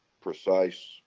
precise